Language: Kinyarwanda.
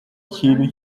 kintu